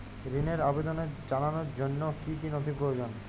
ঋনের আবেদন জানানোর জন্য কী কী নথি প্রয়োজন?